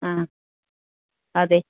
ആ അതെ